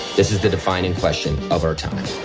this is the defining question of our time.